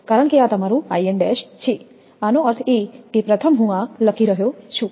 કારણ કે આ તમારું 𝐼𝑛′ છે આનો અર્થ એ કે પ્રથમ હું આ લખી રહ્યો છું